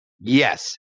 Yes